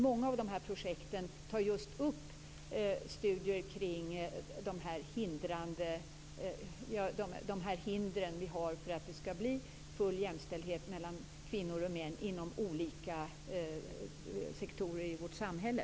Många av projekten tar upp studier kring hindren för att det skall bli full jämställdhet mellan kvinnor och män inom olika sektorer i vårt samhälle.